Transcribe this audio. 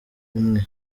umwe